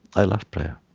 i love prayer